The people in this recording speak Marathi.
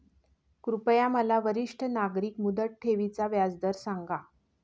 कृपया मला वरिष्ठ नागरिक मुदत ठेवी चा व्याजदर सांगा